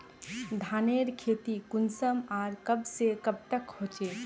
धानेर खेती कुंसम आर कब से कब तक होचे?